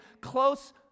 close